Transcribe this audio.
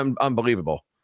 unbelievable